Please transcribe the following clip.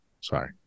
Sorry